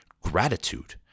gratitude